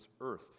earth